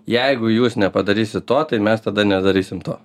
jeigu jūs nepadarysit to tai mes tada nedarysim to